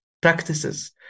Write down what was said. practices